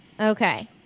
Okay